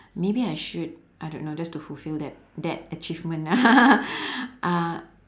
maybe I should I don't know just to fulfil that that achievement ah uh